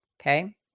Okay